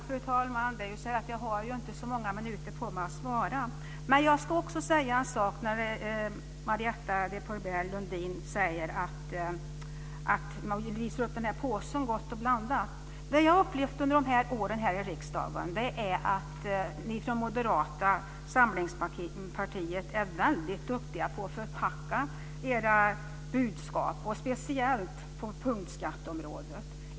Fru talman! Jag måste få säga att jag inte har så många minuter på mig för att svara. Marietta de Pourbaix-Lundin visar här upp en påse Gott & Blandat men vad jag upplevt under mina år i riksdagen är att ni från Moderata samlingspartiet är väldigt duktiga på att förpacka era budskap, speciellt på punktskatteområdet.